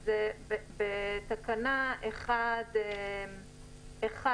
אז בתקנה 1(1)